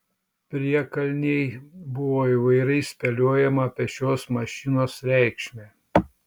priekalnėj buvo įvairiai spėliojama apie šios mašinos reikšmę